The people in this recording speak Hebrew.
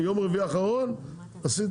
היום החוק קובע שמינהל הרכש הממשלתי יכול לייבא.